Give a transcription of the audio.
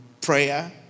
prayer